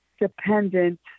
dependent